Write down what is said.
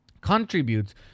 contributes